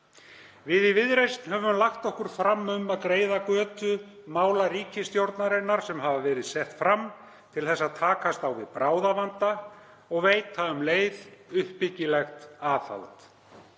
Við í Viðreisn höfum lagt okkur fram um að greiða götu mála ríkisstjórnarinnar sem hafa verið sett fram til að takast á við bráðavanda og veita um leið uppbyggilegt aðhald.